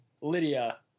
Lydia